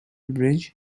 bridge